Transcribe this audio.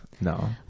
No